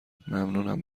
ممنونم